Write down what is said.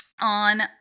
on